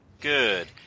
Good